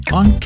on